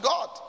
God